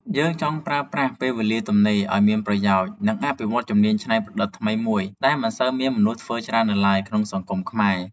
យើងចង់ប្រើប្រាស់ពេលវេលាទំនេរឱ្យមានប្រយោជន៍ និងអភិវឌ្ឍជំនាញច្នៃប្រឌិតថ្មីមួយដែលមិនសូវមានមនុស្សធ្វើច្រើននៅឡើយក្នុងសង្គមខ្មែរ។